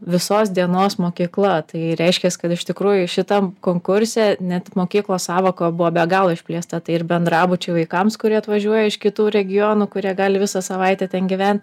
visos dienos mokykla tai reiškės kad iš tikrųjų šitam konkurse ne tik mokyklos sąvoka buvo be galo išplėsta tai ir bendrabučiai vaikams kurie atvažiuoja iš kitų regionų kurie gali visą savaitę ten gyvent